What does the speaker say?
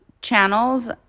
channels